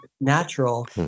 natural